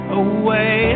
away